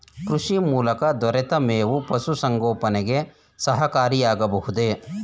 ಕೃಷಿ ಮೂಲಕ ದೊರೆತ ಮೇವು ಪಶುಸಂಗೋಪನೆಗೆ ಸಹಕಾರಿಯಾಗಬಹುದೇ?